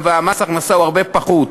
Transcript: ומס ההכנסה הוא הרבה פחות.